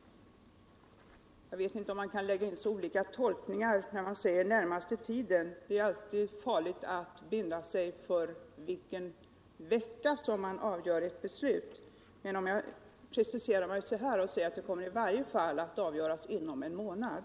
Jag vet inte om man kan lägga in så många olika tolkningar i uttrycket den närmaste tiden. Det är alltid farligt att binda sig för vilken vecka man skall fatta beslut. Men jag kan precisera mig genom att säga att ärendet i varje fall kommer att avgöras inom en månad.